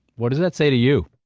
what does that say to you?